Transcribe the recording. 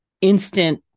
instant